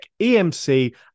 EMC